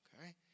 okay